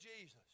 Jesus